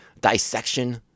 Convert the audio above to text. dissection